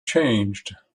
changed